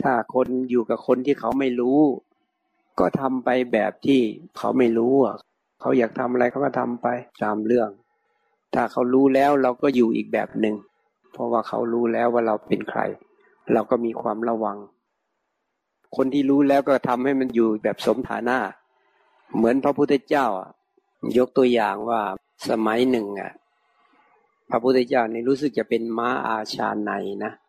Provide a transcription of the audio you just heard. ถ้าคนอยู่กับคนที่เขาไม่รู้ก็ทำไปแบบที่เขาไม่รู้อะ เขาอยากทำอะไรเขาก็ทำไปตามเรื่อง ถ้าเขารู้แล้วเราก็อยู่อีกแบบหนึ่ง เพราะว่าเขารู้แล้วว่าเราเป็นใครเราก็มีความระวัง คนที่รู้แล้วก็ทำให้มันอยู่แบบสมฐานะ เหมือนพระพุทธเจ้าอะ ยกตัวอย่างว่าสมัยหนึ่งอะ พระพุทธเจ้านี่รู้สึกจะเป็นม้าอาชาไนยนะ